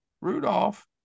Rudolph